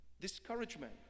discouragement